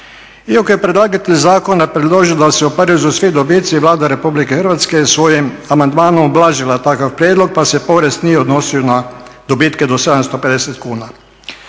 Iako je predlagatelj zakona predložio da se oporezuju svi dobici, Vlada RH je svojim amandmanom ublažila takav prijedlog pa se porez nije odnosio na dobitke do 750 kuna.